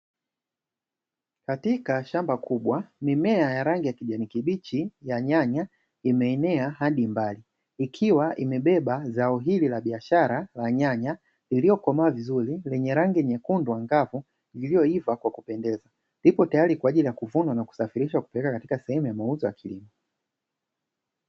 Katika shamba kubwa mimea ya rangi ya kijani kibichi ya nyanya imeenea hadi mbali ikiwa imebeba zao hili la biashara la nyanya, iliyokomaa vizuri lenye rangi nyekundu angavu iliyoiva kwa kupendeza. Lipo tayari kwa ajili ya kuvunwa na kusafirishwa kupelekwa katika sehemu ya mauzo ya kilimo.